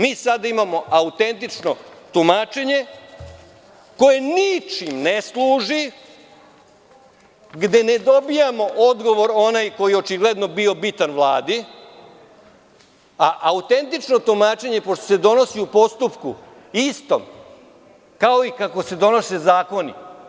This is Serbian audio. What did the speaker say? Mi sada imamo autentično tumačenje, koje ničem ne služi gde ne dobijamo odgovor onaj koji je očigledno bio bitan Vladi, a autentično tumačenje pošto se donosi u postupku istog, kao i kako se donose zakoni.